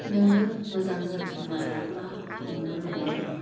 नोङो मोजां जोथोन लायाब्ला नोङो मोन्नाय नङा